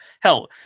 Hell